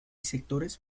sectores